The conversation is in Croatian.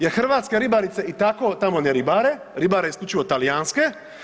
Jer hrvatske ribarice i tako tamo ne ribare, ribare isključivo talijanske.